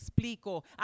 explico